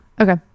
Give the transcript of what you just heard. okay